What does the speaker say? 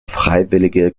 freiwillige